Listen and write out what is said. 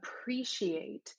appreciate